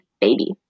baby